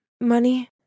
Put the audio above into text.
money